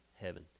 heaven